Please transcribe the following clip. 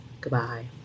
Goodbye